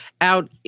out